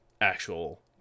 actual